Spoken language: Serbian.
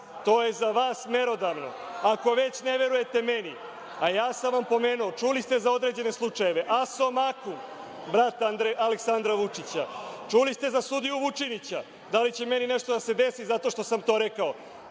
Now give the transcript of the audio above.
To je za vas merodavno. Ako već ne verujete meni, a ja sam vam pomenuo, čuli ste za određene slučajeva, „Asomakum“, brat Aleksandra Vučića. Čuli ste za sudiju Vučinića. Da li će meni nešto da se desi zato što sam to rekao?